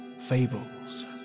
fables